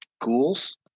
ghouls